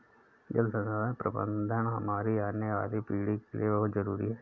जल संसाधन प्रबंधन हमारी आने वाली पीढ़ी के लिए बहुत जरूरी है